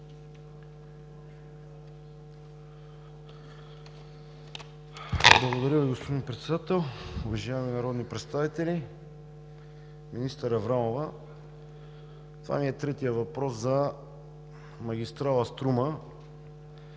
Благодаря Ви, господин Председател. Уважаеми народни представители! Министър Аврамова, това е третият ми въпрос за магистрала „Струма“,